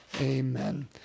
Amen